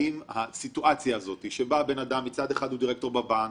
אלא על הסיטואציה הזאת שבה בן אדם הוא דירקטור בבנק,